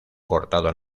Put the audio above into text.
cortado